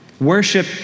Worship